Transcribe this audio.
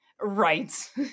Right